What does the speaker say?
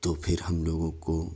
تو پھر ہم لوگوں کو